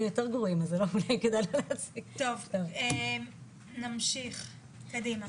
טוב, נמשיך קדימה.